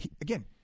Again